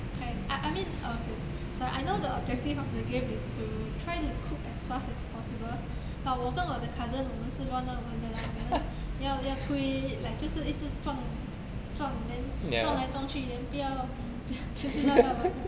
can I I mean okay so I know the objective of the game is to try to cook as fast as possible but 我跟我的 cousin 我们是乱乱玩的啦我们要要推 like 就是一直撞撞 then 撞来撞去 then 不要 就是乱乱玩了